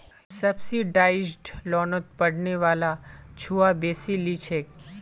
subsidised लोनोत पढ़ने वाला छुआ बेसी लिछेक